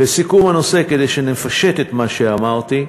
לסיכום הנושא, כדי שנפשט את מה שאמרתי,